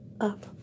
up